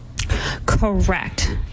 Correct